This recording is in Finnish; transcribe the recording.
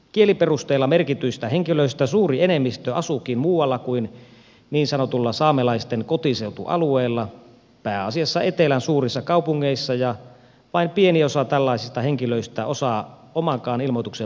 kieliperusteella merkityistä henkilöistä suuri enemmistö asuukin muualla kuin niin sanotulla saamelaisten kotiseutualueella pääasiassa etelän suurissa kaupungeissa ja vain pieni osa tällaisista henkilöistä osaa omankaan ilmoituksen mukaan saamea